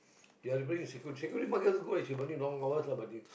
they are going secu~ security long hours lah but they